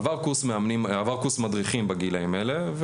עבר קורס מדריכים בגילאים האלה,